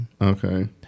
Okay